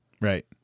right